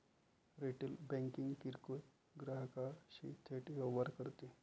retail banking किरकोळ ग्राहकांशी थेट व्यवहार करते